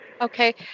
Okay